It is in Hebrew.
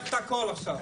אתה פותח את הכל עכשיו.